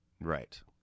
Right